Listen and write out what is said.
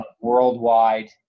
Worldwide